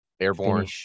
Airborne